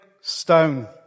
stone